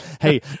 Hey